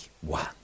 one